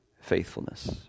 faithfulness